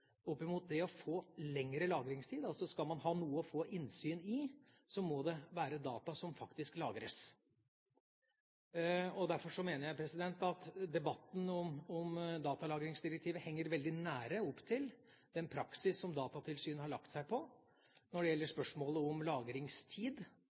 opp mot det å få lengre lagringstid. Skal man ha noe å få innsyn i, må det faktisk være data som lagres. Derfor mener jeg at debatten om datalagringsdirektivet ligger veldig nært opp til den praksis som Datatilsynet har lagt seg på når det gjelder